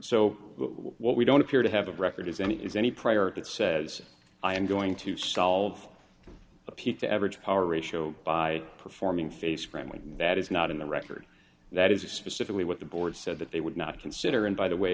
so what we don't appear to have a record is any is any prayer that says i am going to solve a pita average power ratio by performing face crime when that is not in the record that is specifically what the board said that they would not consider and by the way